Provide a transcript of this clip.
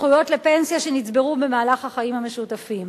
זכויות לפנסיה שנצברו במהלך החיים המשותפים.